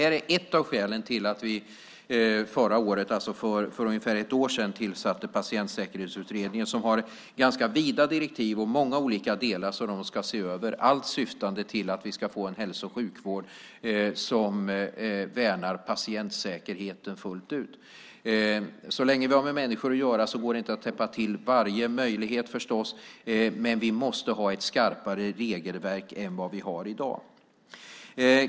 Det är ett av skälen till att vi förra året, för ungefär ett år sedan, tillsatte Patientsäkerhetsutredningen som har ganska vida direktiv och många olika delar att se över, allt syftande till att vi ska få en hälso och sjukvård som värnar patientsäkerheten fullt ut. Så länge som vi har med människor att göra går det förstås inte att täppa till varje möjlighet, men vi måste ha ett skarpare regelverk än vad vi har i dag.